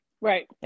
right